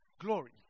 glory